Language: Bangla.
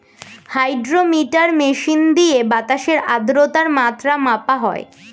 হাইড্রোমিটার মেশিন দিয়ে বাতাসের আদ্রতার মাত্রা মাপা হয়